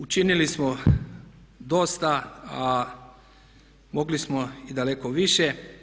Učinili smo dosta a mogli smo i daleko više.